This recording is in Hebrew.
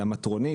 המטרונית,